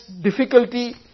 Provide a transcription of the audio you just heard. difficulty